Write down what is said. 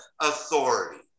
authority